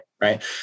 right